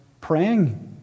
praying